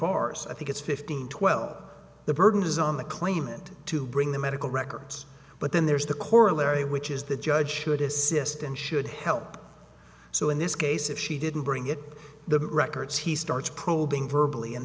as i think it's fifteen twelve the burden is on the he meant to bring the medical records but then there's the corollary which is the judge should assist and should help so in this case if she didn't bring it to the records he starts probing verbally and